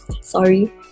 sorry